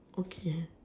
okay